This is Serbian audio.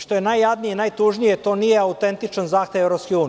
Što je najjadnije, najtužnije, to nije autentičan zahtev EU.